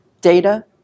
data